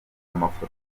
amafoto